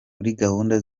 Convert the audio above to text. gahunda